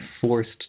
forced